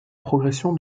progression